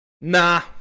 Nah